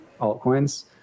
altcoins